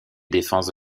défenses